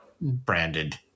branded